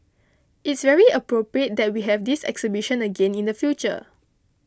it's very appropriate that we have this exhibition again in the future